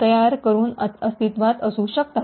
तयार करून अस्तित्वात असू शकतात